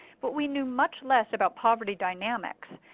but we knew much less about poverty dynamics.